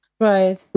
Right